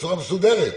בצורה מסודרת.